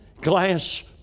glass